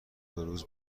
روز